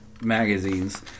magazines